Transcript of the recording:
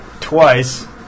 twice